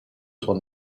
son